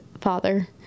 father